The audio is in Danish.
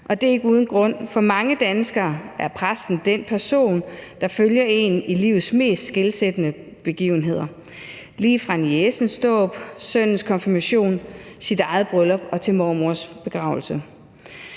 og det er ikke uden grund. For mange danskere er præsten den person, der følger en i livets mest skelsættende begivenheder lige fra niecens dåb, sønnens konfirmation, ens eget bryllup og til mormors begravelse.